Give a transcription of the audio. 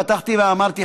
פתחתי ואמרתי,